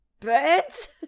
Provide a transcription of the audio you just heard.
birds